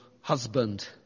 husband